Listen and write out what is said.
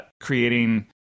creating